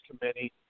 Committee